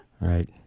Right